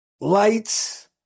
lights